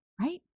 right